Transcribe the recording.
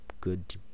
good